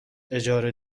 اجاره